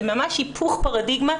זה היפוך הפרדיגמה,